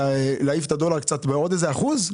להעיף את הדולר קצת עוד באיזה אחוז,